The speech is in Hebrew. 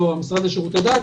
או המשרד לשירותי דת.